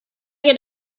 get